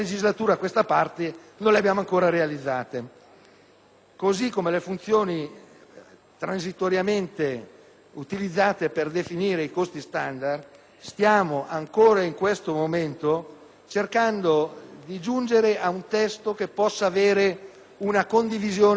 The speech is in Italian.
così come le funzioni transitoriamente utilizzate per definire i costi standard; stiamo ancora in questo momento cercando di giungere ad un testo che possa avere una condivisione dei tre livelli di governo. Mi auguro che